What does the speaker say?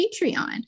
Patreon